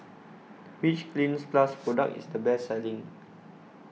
Which Cleanz Plus Product IS The Best Selling